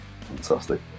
fantastic